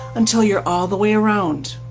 until you're all the way around.